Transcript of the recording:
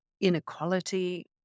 inequality